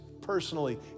personally